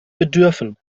bedürfen